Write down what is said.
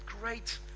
Great